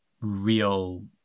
real